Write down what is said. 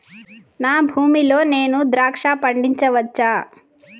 నా భూమి లో నేను ద్రాక్ష పండించవచ్చా?